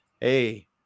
hey